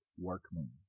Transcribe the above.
Workman